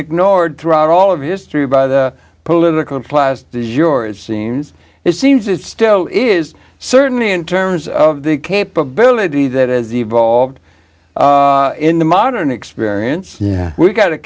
ignored throughout all of history by the political class as yours seems it seems it still is certainly in terms of the capability that is evolved in the modern experience yeah we've got a